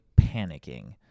panicking